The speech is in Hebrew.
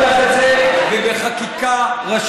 לכן, יש להבטיח את זה בחקיקה ראשית.